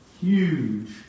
huge